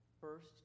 first